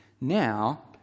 now